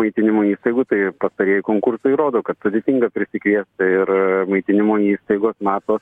maitinimo įstaigų tai pastarieji konkursai rodo kad sudėtinga prisikviesti ir maitinimo įstaigos mato